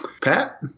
pat